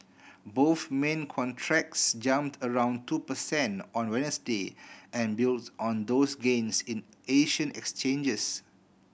both main contracts jumped around two percent on Wednesday and built on those gains in Asian exchanges